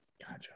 Gotcha